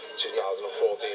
2014